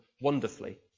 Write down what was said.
wonderfully